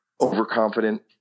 overconfident